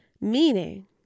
Meaning